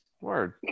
Word